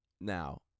Now